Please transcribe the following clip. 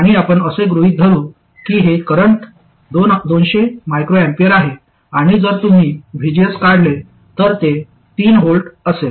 आणि आपण असे गृहित धरू की हे करंट 200 µA आहे आणि जर तुम्ही VGS काढले तर ते 3V असेल